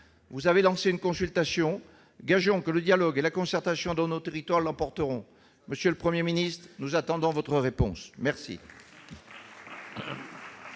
Vous avez engagé une consultation. Gageons que le dialogue et la concertation dans nos territoires l'emporteront. Monsieur le Premier ministre, nous attendons votre réponse. La